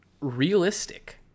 realistic